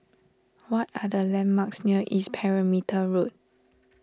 what are the landmarks near East Perimeter Road